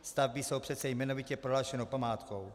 Stavby jsou přece jmenovitě prohlášenou památkou.